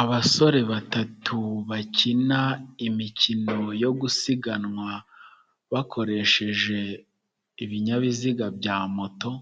Abasore batatu bakina imikino yo gusiganwa bakoresheje ibinyabiziga bya moto,